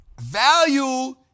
Value